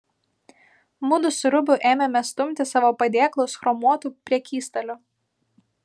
mudu su rubiu ėmėme stumti savo padėklus chromuotu prekystaliu